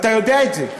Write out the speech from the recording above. אתה יודע את זה.